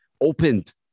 opened